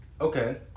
Okay